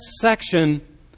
section